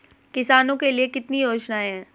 किसानों के लिए कितनी योजनाएं हैं?